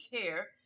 care